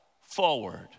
forward